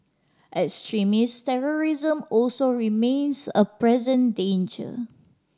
extremist terrorism also remains a present danger